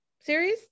series